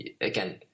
again